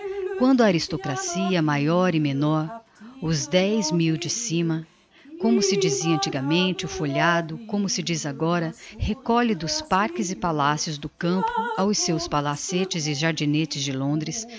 quando a aristocracia maior e menor os dez mil de cima como se dizia antigamente o folhado como se diz agora recolhe dos parques e palacios do campo aos seus palacetes e jardinetes de